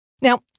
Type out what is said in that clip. Now